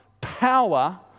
power